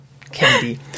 Candy